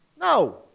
No